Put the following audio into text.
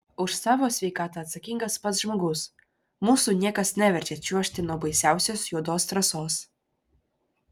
už savo sveikatą atsakingas pats žmogus mūsų niekas neverčia čiuožti nuo baisiausios juodos trasos